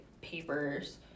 papers